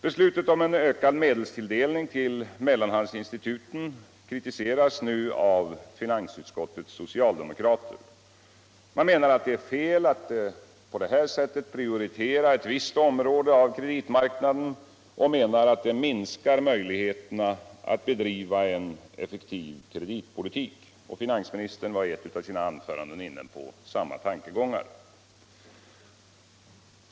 Beslutet om en ökad medelstilldelning till mellanhandsinstituten kritiseras nu av finansutskottets socialdemokrater. Man menar att det är fel att på detta sätt prioritera ett visst område av kreditmarknaden och menar att det minskar möjligheterna att bedriva en effektiv kreditpolitik. Finansministern var i ett av sina anföranden inne på samma tankegångar.